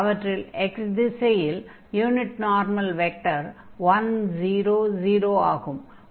அவற்றில் x திசையில் unit normal vector 1 0 0 ஆகும்